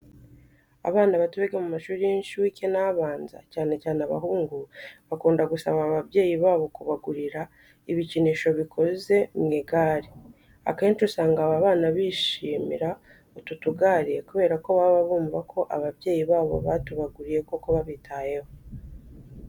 Abana bato biga mu mashuri y'incuke n'abanza cyane cyane abahungu bakunda gusaba ababyeyi babo kubagurira ibikinisho bikoze mu igare. Akenshi usanga aba bana bishimira utu tugare kubera ko baba bumva ko ababyeyi babo batubaguriye koko babitayeho.